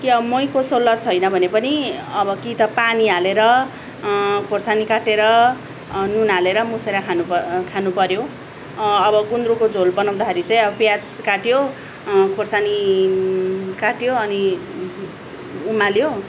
कि अब महीको सोलर छैन भने पनि अब कि त पानी हालेर खोर्सानी काँटेर नुन हालेर मुसेर खानु प खानुपर्यो अब गुन्द्रुकको झोल बनाउँदाखेरि चाहिँ अब प्याज काट्यो खोर्सानी काट्यो अनि उमाल्यो